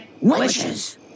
Wishes